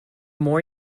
more